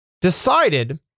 decided